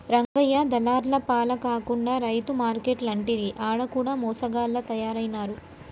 రంగయ్య దళార్ల పాల కాకుండా రైతు మార్కేట్లంటిరి ఆడ కూడ మోసగాళ్ల తయారైనారు